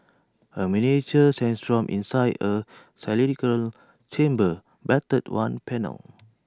A miniature sandstorm inside A cylindrical chamber battered one panel